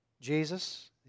Jesus